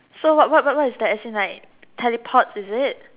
so what what what is that as in like teleports is it